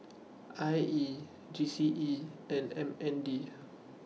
I E G C E and M N D